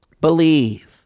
Believe